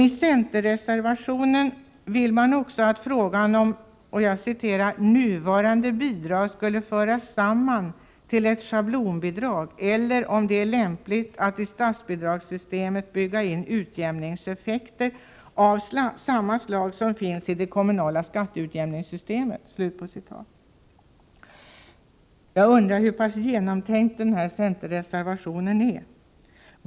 I centerreservationen vill man också att det övervägs om ”flera av de nu utgående bidragen skall föras samman till ett schablonbidrag eller om det är lämpligt att i statsbidragssystemet bygga in utjämningseffekter av samma slag som finns i det kommunala skatteutjämningssystemet”. Jag undrar hur pass genomtänkt denna centerreservation är.